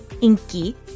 Inky